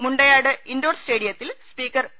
Mundayad indoor സ്റ്റേഡി യത്തിൽ speaker P